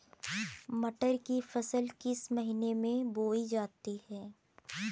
मटर की फसल किस महीने में बोई जाती है?